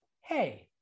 hey